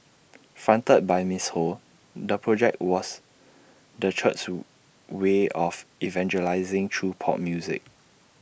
fronted by miss ho the project was the church's way of evangelising through pop music